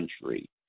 country